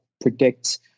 predict